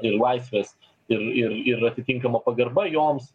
ir laisvės ir ir ir atitinkama pagarba joms